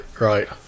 Right